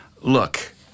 Look